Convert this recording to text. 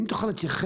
אם תוכל להתייחס